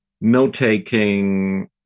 note-taking